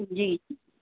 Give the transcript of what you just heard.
जी